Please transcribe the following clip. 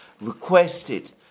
requested